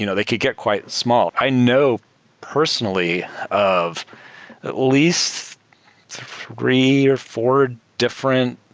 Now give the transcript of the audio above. you know they could get quite small. i know personally of at least three or four different